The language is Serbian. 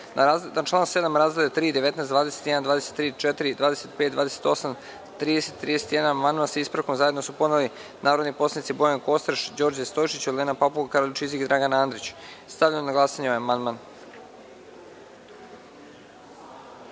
član 7. razdele 3, 19, 21, 23, 24, 25, 28, 30 i 31 amandman sa ispravkom zajedno su podneli narodni poslanici Bojan Kostreš, Đorđe Stojšić, Olena Papuga, Karolj Čizik i Dragan Andrić. Stavljam na glasanje ovaj amandman. Molim